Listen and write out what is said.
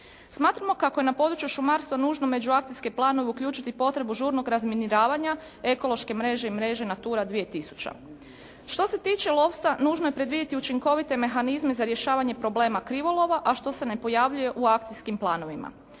Smatramo kako je na području šumarstva nužno među akcijske planove uključiti potrebnu žurnog razminiravanja, ekološke mreže i mreže Natura 2000. Što se tiče lovstva nužno je predvidjeti učinkovite mehanizme za rješavanje problema krivolova a što se ne pojavljuje u akcijskim planovima.